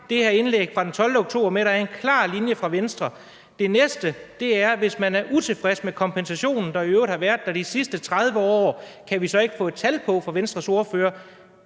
det her indlæg fra den 12. oktober sammen med, at der er en klar linje fra Venstres side? Det næste er: Hvis man er utilfreds med kompensationen, der i øvrigt har været der de sidste 30 år, kan vi så ikke få et tal på fra Venstres ordfører